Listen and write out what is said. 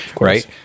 right